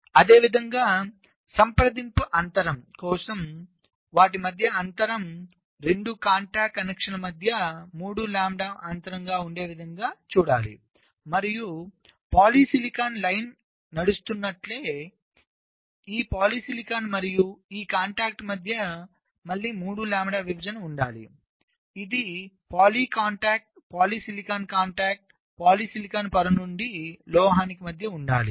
అదేవిధంగా సంప్రదింపు అంతరం కోసం కాబట్టి వాటి మధ్య అంతరం 2 కాంటాక్ట్ కనెక్షన్ల మధ్య 3 లాంబ్డా అంతరం ఉండేవిధంగా చూడాలి మరియు పాలిసిలికాన్ లైన్ నడుస్తున్నట్లయితే ఈ పాలిసిలికాన్ మరియు ఈ కాంటాక్ట్ మధ్య మళ్ళీ 3 లాంబ్డా విభజన ఉండాలి ఇది poly contact polysilicon contact polysilicon పొర నుండి లోహానికి మధ్య ఉండాలి